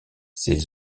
ces